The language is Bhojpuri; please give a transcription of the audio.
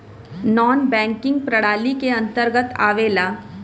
नानॅ बैकिंग प्रणाली के अंतर्गत आवेला